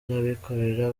n’abikorera